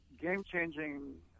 game-changing